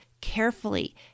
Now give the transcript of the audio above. carefully